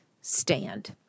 stand